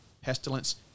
pestilence